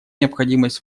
необходимость